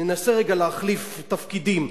ננסה רגע להחליף תפקידים,